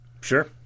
Sure